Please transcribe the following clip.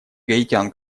гаитян